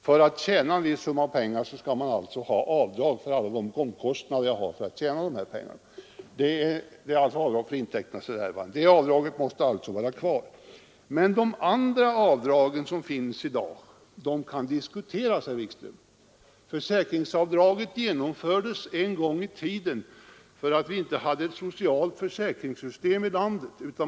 Om man har vissa utgifter för att kunna få en inkomst, måste dessa få dras av. Det är avdrag för intäkternas förvärvande. Men de andra avdrag som finns i dag kan diskuteras, herr Wikström. Försäkringsavdraget genomfördes en gång i tiden för att vi inte hade ett socialt försäkringssystem i landet.